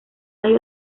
hay